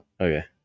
Okay